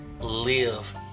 live